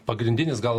pagrindinis gal